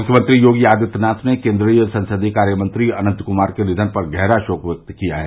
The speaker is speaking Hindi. मुख्यमंत्री योगी आदित्यनाथ ने केन्द्रीय संसदीय कार्यमंत्री अनंत कुमार के निवन पर गहरा शोक व्यक्त किया है